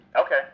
Okay